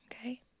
okay